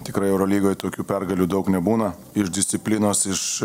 tikrai eurolygoje tokių pergalių daug nebūna ir disciplinos iš